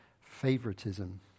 favoritism